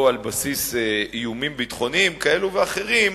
או על בסיס איומים ביטחוניים כאלה ואחרים,